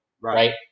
right